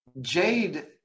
Jade